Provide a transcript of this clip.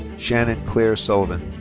shannon claire sullivan.